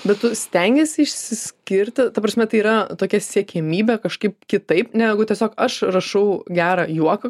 bet tu stengiesi išsiskirti ta prasme tai yra tokia siekiamybė kažkaip kitaip negu tiesiog aš rašau gerą juoką